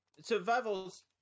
Survival's